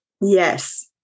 Yes